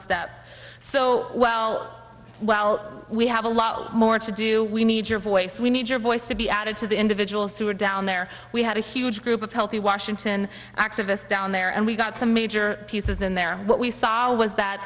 step so well well we have a lot more to do we need your voice we need your voice to be added to the individuals who are down there we had a huge group of healthy washington activists down there and we've got some major pieces in there what we saw was that